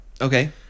okay